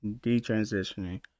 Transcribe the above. detransitioning